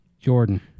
Jordan